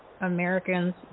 Americans